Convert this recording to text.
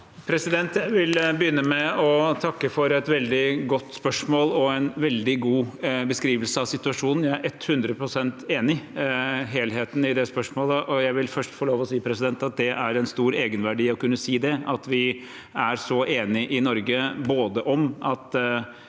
Jeg vil begynne med å takke for et veldig godt spørsmål og en veldig god beskrivelse av situasjonen. Jeg er 100 pst. enig i helheten i det spørsmålet. Jeg vil først få lov til å si at det har stor egenverdi å kunne si at vi er så enige i Norge om at